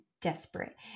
desperate